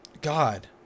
God